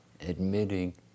admitting